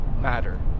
matter